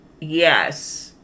Yes